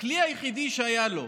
הכלי היחידי שהיה לו,